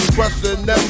Question